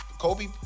Kobe